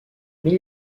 mais